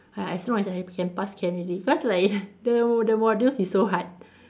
ah as long as I can pass can already cause like the the modules is so hard